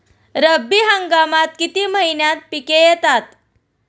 रब्बी हंगामात किती महिन्यांत पिके येतात?